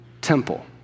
temple